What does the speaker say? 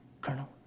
Colonel